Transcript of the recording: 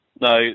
no